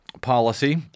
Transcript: policy